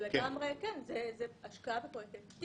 כן, זו השקעה בפרויקטי תשתית.